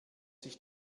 sich